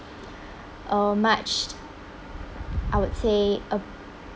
a much I would say uh